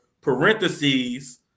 parentheses